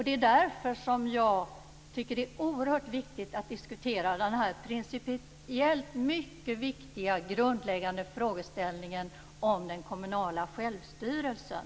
Det är därför som jag tycker att det är oerhört viktigt att diskutera denna principiellt mycket viktiga och grundläggande frågeställning om den kommunala självstyrelsen.